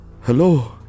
Hello